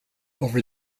over